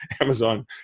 Amazon